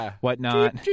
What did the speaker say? whatnot